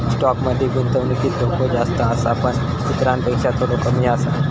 stock मध्ये गुंतवणुकीत धोको जास्त आसा पण इतरांपेक्षा थोडो कमी आसा